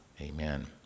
Amen